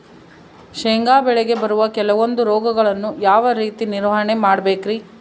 ಶೇಂಗಾ ಬೆಳೆಗೆ ಬರುವ ಕೆಲವೊಂದು ರೋಗಗಳನ್ನು ಯಾವ ರೇತಿ ನಿರ್ವಹಣೆ ಮಾಡಬೇಕ್ರಿ?